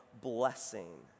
blessing